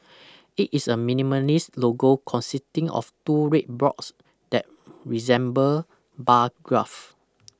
it is a minimalist logo consisting of two red blocks that resemble bar graphs